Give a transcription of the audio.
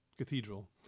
cathedral